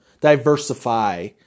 Diversify